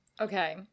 Okay